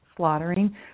Slaughtering